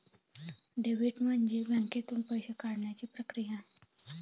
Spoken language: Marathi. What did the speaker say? डेबिट म्हणजे बँकेतून पैसे काढण्याची प्रक्रिया